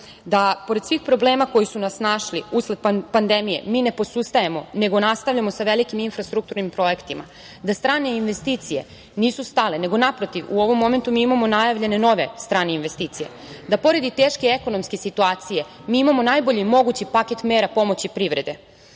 da pored svih problema koji su nas snašli usled pandemije mi ne posustajemo, nego nastavljamo sa velikim infrastrukturnim projektima? Da strane investicije nisu stale, nego naprotiv u ovom momentu mi imamo najavljene nove strane investicije. Da i pored teške ekonomske situacije mi imamo najbolji mogući paket mera pomoći privrede. Pored